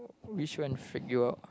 which one freak you out